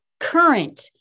current